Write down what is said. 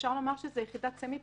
אפשר לומר שזאת יחידת סמי-פרקליטות.